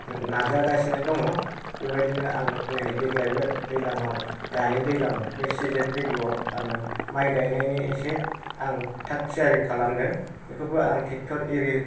नाजागासिनो दङ बेबायदिनो आं नै देग्लायबो दैलाङाव दानि दैलां सिजन फैगौआव माइ गायनायनि एसे आं थागथियारि खालामदों बेखौबो आं थेक्टर आरि